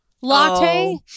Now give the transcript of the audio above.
latte